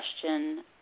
question